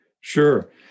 Sure